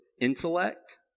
Intellect